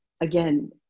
again